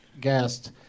guest